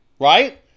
Right